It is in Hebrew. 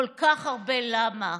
כל כך הרבה "למה".